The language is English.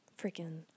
freaking